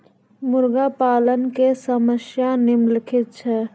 मुर्गा पालन के समस्या निम्नलिखित छै